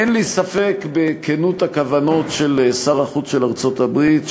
אין לי ספק בכנות הכוונות של שר החוץ של ארצות-הברית,